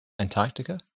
Antarctica